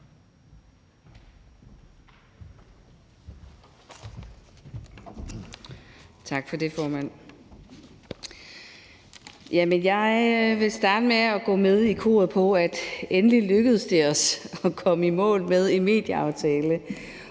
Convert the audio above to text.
Tak for det, formand. Jeg vil starte med at gå med i koret om, at det endelig lykkedes os at komme i mål med en medieaftale